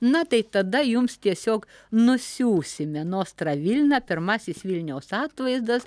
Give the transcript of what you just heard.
na tai tada jums tiesiog nusiųsime nostrą vilną pirmasis vilniaus atvaizdas